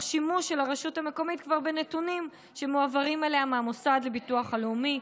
שימוש של הרשות המקומית כבר בנתונים שמועברים אליה מהמוסד לביטוח הלאומי.